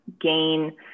gain